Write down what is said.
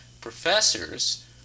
professors